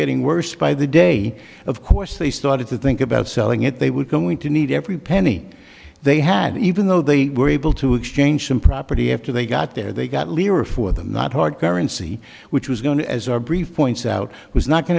getting worse by the day of course they started to think about selling it they were going to need every penny they had even though they were able to exchange some property after they got there they got lira for them not hard currency which was going as our brief points out was not going